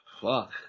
fuck